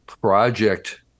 project